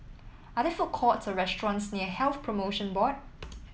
are there food courts or restaurants near Health Promotion Board